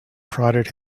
prodded